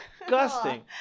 disgusting